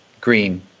green